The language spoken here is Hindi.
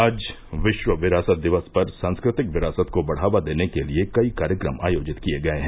आज विश्व विरासत दिवस पर सांस्कृतिक विरासत को बढ़ावा देने के लिए कई कार्यक्रम आयोजित किए गये हैं